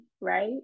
right